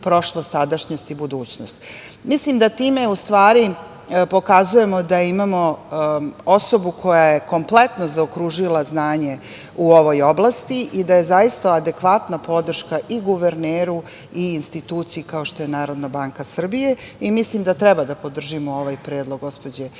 prošlost, sadašnjost i budućnosti. Mislim da time pokazujemo da imamo osobu koja je kompletno zaokružila znanje u ovoj oblasti i da je zaista adekvatna podrška i guverneru i instituciji, kao što je NBS i mislim da treba da podržimo ovaj predlog gospođe guvernera,